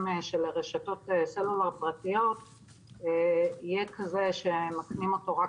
של רשתות סלולר פרטיות יהיה כזה שנותנים אותו רק